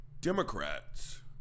Democrats